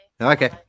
Okay